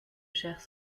chers